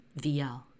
VL